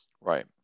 Right